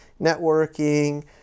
networking